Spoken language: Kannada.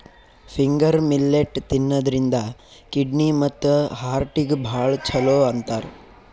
ಫಿಂಗರ್ ಮಿಲ್ಲೆಟ್ ತಿನ್ನದ್ರಿನ್ದ ಕಿಡ್ನಿ ಮತ್ತ್ ಹಾರ್ಟಿಗ್ ಭಾಳ್ ಛಲೋ ಅಂತಾರ್